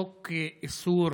חוק איסור